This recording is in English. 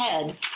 head